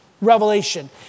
revelation